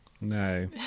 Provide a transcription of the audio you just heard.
No